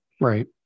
Right